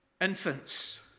infants